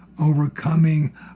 overcoming